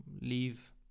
leave